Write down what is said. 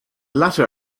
latter